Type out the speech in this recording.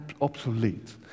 obsolete